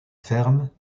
ferme